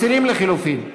מסירים לחלופין?